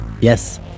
Yes